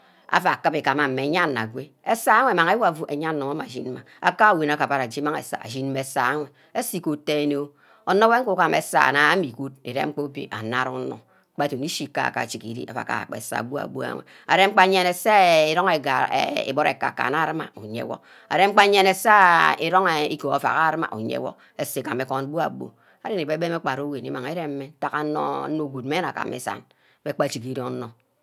Aua kibbi igama mmeh aya-nnor agwe aseh mmang iwor afu, enyenor imeh ashin mmeh aka wum ava gubara aje imag aseh ashin mmeh aseh enwe, eseh igod dene oh, onor wor iju gam aseh wor nna irem gbaa obia anab onor gba denne ishi egbi ajigire ava gaha gbe eseh bu-abu enwe arem gba ateneirong garri eh iburu aka-kan mma ruma iyorwor arem gba yene ase irung igear ovack ruma iyorwor eseh igame igun gbu-abu ari nni rerem gbaru-wuen imagi irem mmeh ntagha onor onor good mmeh nne agama isan, mmeh egbi ajigire onor